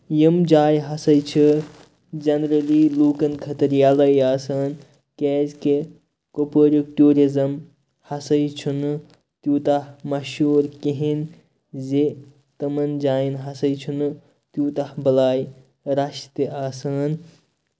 یِم جایہِ ہسا چھِ جٔنرٔلی لوٗکَن خٲطرٕ ییٚلَے آسان کیازِ کہِ کۄپوٲریُک ٹیٚوٗرِزٕم ہسا یہِ چھُنہٕ تیوٗتاہ مَشہوٗر کِہینۍ زِ تِمَن جاین ہسا چھُنہٕ تیوٗتاہ بَلاے رَش تہِ آسان